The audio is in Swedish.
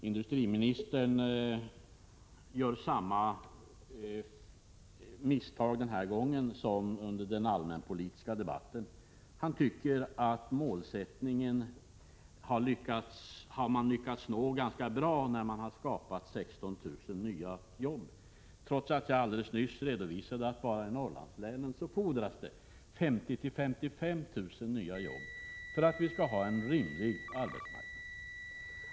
Industriministern gör samma misstag denna gång som under den allmänpolitiska debatten; han tycker att socialdemokraterna ganska bra har lyckats nå målsättningen när det har skapats 16 000 nya jobb — detta trots att jag alldeles nyss redovisade att det bara i Norrlandslänen fordras 50 000-55 000 nya jobb för att arbetsmarknaden där skall vara rimlig.